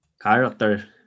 character